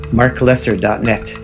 marklesser.net